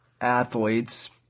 athletes